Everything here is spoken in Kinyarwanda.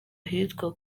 ahitwa